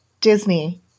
Disney